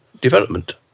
development